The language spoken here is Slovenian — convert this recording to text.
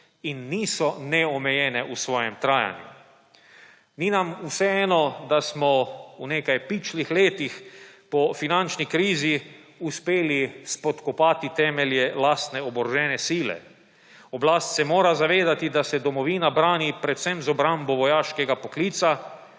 in niso neomejene v svojem trajanju. Ni nam vseeno, da smo v nekaj pičlih letih po finančni krizi uspeli spodkopati temelje lastne oborožene sile. Oblast se mora zavedati, da se domovina brani predvsem z obrambo vojaškega poklica;